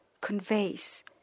conveys